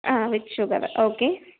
ആ with sugar okay